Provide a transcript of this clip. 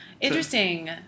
Interesting